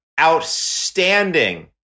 outstanding